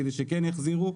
כדי שכן יחזירו.